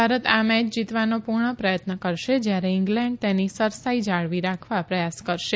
ભારત આ મેય જીતવાનો પૂર્ણ પ્રયત્ન કરશે જયારે ઇગ્લેન્ડ તેની સરસાઇ જાળવી રાખવા પ્રયાસ કરશે